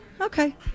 Okay